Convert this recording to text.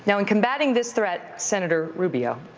so when combating this threat, senator rubio,